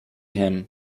him